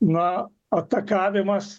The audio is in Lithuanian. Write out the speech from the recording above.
na atakavimas